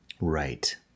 right